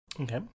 Okay